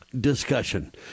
discussion